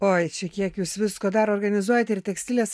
oi čia kiek jūs visko darot organizuojat ir tekstilės